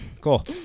cool